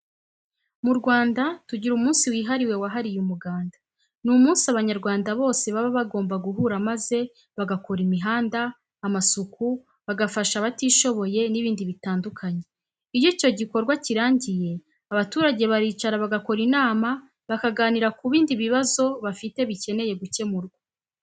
Mu Rwanda tugira umunsi wihariye wahariwe Umuganda. Ni umunsi Abanyarwanda bose baba bagomba guhura maze bagakora imihanda, amasuku, bagafasha abatishoboye n'ibindi bitandukanye. Iyo icyo gikorwa kirangiye abaturage baricara bagakora inama bakaganira ku bindi bibazo bafite bikeneye gukemurwa.